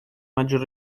maggior